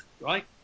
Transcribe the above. Right